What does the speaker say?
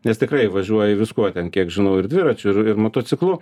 nes tikrai važiuoji viskuo ten kiek žinau ir dviračiu ir ir motociklu